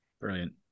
brilliant